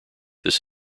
this